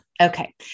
Okay